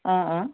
অঁ অঁ